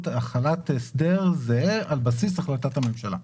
החלת הסדר זהה על בסיס החלטת הממשלה.